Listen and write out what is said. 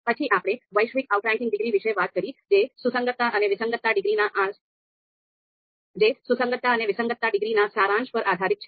પછી આપણે વૈશ્વિક આઉટરેન્કિંગ ડિગ્રી વિશે વાત કરી જે સુસંગતતા અને વિસંગતતા ડિગ્રીના સારાંશ પર આધારિત છે